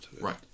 Right